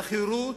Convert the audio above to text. לחירות?